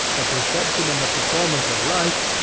the perception and the performance of right,